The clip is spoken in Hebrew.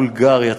בולגריה,